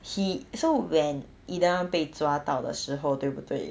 he so when eden ang 被抓到的时候对不对